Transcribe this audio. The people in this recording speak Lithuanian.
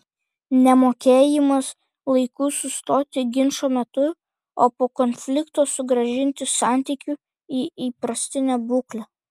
nemokėjimas laiku sustoti ginčo metu o po konflikto sugrąžinti santykių į įprastinę būklę